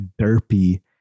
derpy